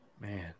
Man